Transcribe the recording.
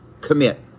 commit